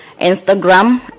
Instagram